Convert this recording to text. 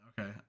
Okay